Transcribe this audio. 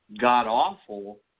god-awful